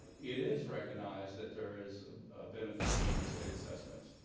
it is recognized that there is a benefit to the state assessments.